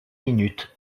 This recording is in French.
minutes